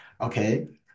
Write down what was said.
okay